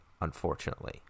unfortunately